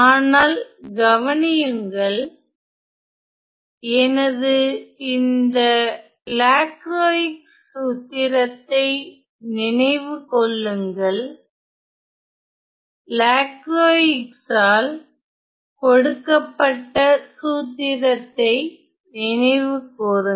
ஆனால் கவனியுங்கள் எனது இந்த லாக்ரோயிக்ஸ் சூத்திரத்தை நினைவு கொள்ளுங்கள் லாக்ரோயிக்ஸால் கொடுக்கப்பட்ட சூத்திரத்தை நினைவுகூருங்கள்